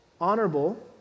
honorable